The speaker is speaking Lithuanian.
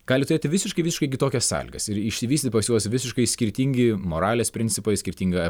gali turėti visiškai visiškai kitokias sąlygas ir išsivystyt pas juos visiškai skirtingi moralės principai skirtinga